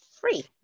free